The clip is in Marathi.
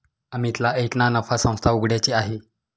अमितला एक ना नफा संस्था उघड्याची आहे